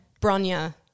Bronya